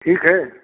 ठीक है